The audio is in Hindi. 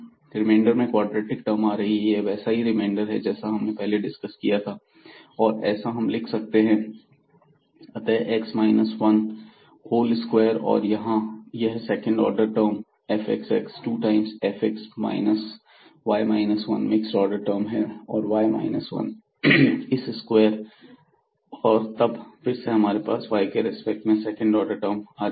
रिमेंडर में क्वाड्रेटिक टर्म आ रही है यह वैसा ही रिमेंडर है जैसा हमने पहले डिस्कस किया था और ऐसा हम लिख सकते हैं अतः x minus one whole square और यह second order term fxx 2 times fx minus one y 1 mix order term और y माइनस 1 इस स्क्वेयर और कब फिर से हमारे पास y के रेस्पेक्ट में सेकंड ऑर्डर टर्म आएगी